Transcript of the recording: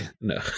No